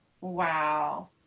Wow